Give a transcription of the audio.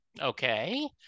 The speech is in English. Okay